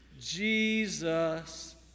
Jesus